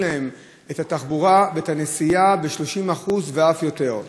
להם את התחבורה ואת הנסיעה ב-30% ואף יותר.